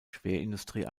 schwerindustrie